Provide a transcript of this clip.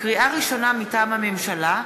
לקריאה ראשונה, מטעם הממשלה: